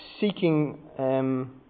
seeking